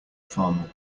farmer